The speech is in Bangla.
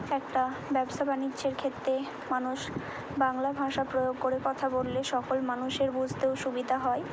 একটা ব্যবসা বাণিজ্যের ক্ষেত্রে মানুষ বাংলা ভাষা প্রয়োগ করে কথা বললে সকল মানুষের বুঝতেও সুবিধা হয়